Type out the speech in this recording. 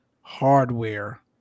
hardware